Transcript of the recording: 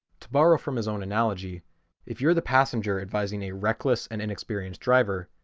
to borrow from his own analogy if you're the passenger advising a reckless and inexperienced driver,